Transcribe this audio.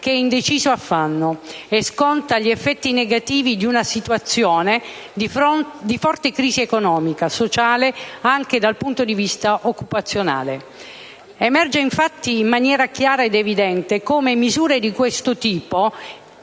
che è in deciso affanno e sconta gli effetti negativi di una situazione di forte crisi economica e sociale, anche dal punto di vista occupazionale. Emerge, infatti, in maniera chiara ed evidente come misure di questo tipo,